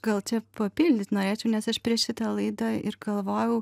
gal čia papildyt norėčiau nes aš prieš šitą laidą ir galvojau